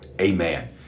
Amen